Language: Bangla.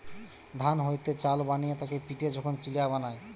ধান হইতে চাল বানিয়ে তাকে পিটে যখন চিড়া বানায়